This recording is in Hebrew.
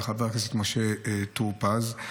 וחבר הכנסת משה טור פז.